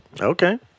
Okay